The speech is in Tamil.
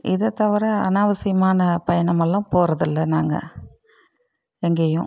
இதை தவிர அனாவசியமான பயணம் எல்லாம் போகிறதில்ல நாங்கள் எங்கேயும்